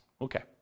Okay